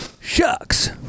shucks